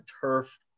turf